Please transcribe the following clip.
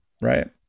Right